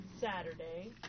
Saturday